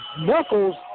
Knuckles